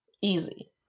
Easy